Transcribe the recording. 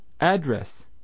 Address